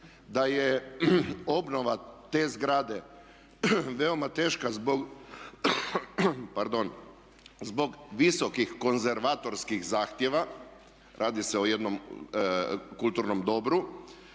Da je obnova te zgrade veoma teška zbog visokih konzervatorskih zahtjeva. Radi se o jednom kulturnom dobru.